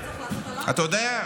אתה יודע,